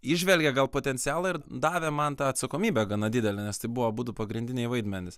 įžvelgė gal potencialą ir davė man tą atsakomybę gana didelę nes tai buvo abudu pagrindiniai vaidmenys